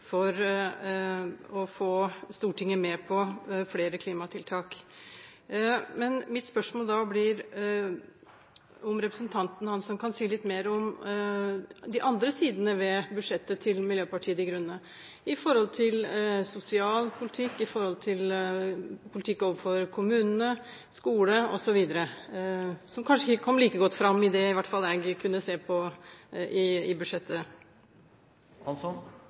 for å få Stortinget med på flere klimatiltak. Men mitt spørsmål blir da om representanten Hansson kan si litt mer om de andre sidene ved budsjettet til Miljøpartiet De Grønne med hensyn til sosialpolitikk, politikk overfor kommunene, skole osv., som kanskje ikke kom like godt fram – iallfall ikke som jeg kunne se – i budsjettet.